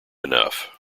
enough